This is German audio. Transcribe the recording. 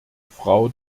frau